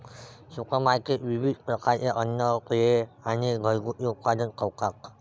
supermarket विविध प्रकारचे अन्न, पेये आणि घरगुती उत्पादने ठेवतात